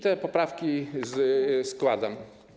Te poprawki składam.